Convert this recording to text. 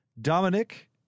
Dominic